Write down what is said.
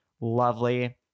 lovely